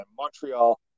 Montreal